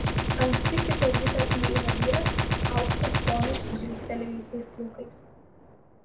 anksti kitą rytą įeina vyras aukštas ponas žilstelėjusiais plaukais